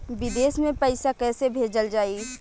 विदेश में पईसा कैसे भेजल जाई?